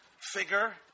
figure